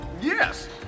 Yes